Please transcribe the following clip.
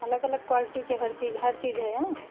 अलग अलग क्वाल्टी के हर चीज हर चीज है आँ